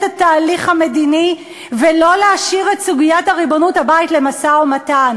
התהליך המדיני ולא להשאיר את סוגיית הריבונות בהר-הבית למשא-ומתן.